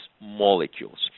molecules